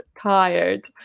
tired